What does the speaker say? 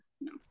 No